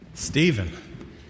Stephen